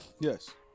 Yes